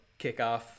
kickoff